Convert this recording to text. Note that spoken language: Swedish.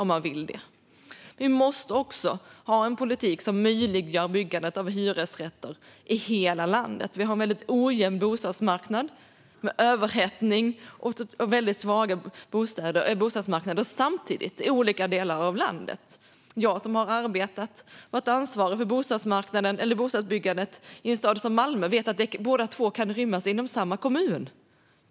Men vi måste också ha en politik som möjliggör byggande av hyresrätter i hela landet. Vi har en väldigt ojämn bostadsmarknad som är överhettad och svag samtidigt i olika delar av landet. Jag som har varit ansvarig för bostadsbyggandet i en stad som Malmö vet att båda två kan rymmas inom samma kommun.